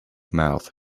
mouth